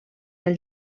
del